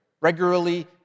Regularly